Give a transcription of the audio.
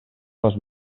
les